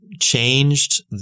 changed